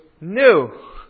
new